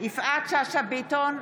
יפעת שאשא ביטון,